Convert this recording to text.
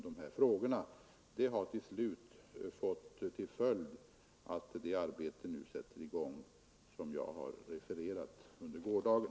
Detta har till slut fått till följd det arbete som vi nu satt i gång och som jag refererade under gårdagen.